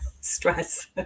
stress